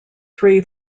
three